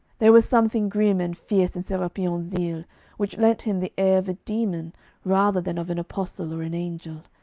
there was something grim and fierce in serapion's zeal which lent him the air of a demon rather than of an apostle or an angel,